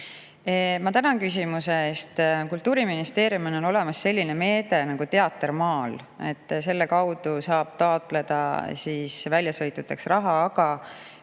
Ma tänan küsimuse eest! Kultuuriministeeriumil on olemas selline meede nagu "Teater maal", selle kaudu saab taotleda väljasõitudeks raha. Aga